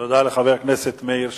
תודה לחבר הכנסת מאיר שטרית.